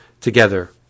together